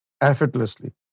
effortlessly